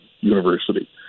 university